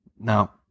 Now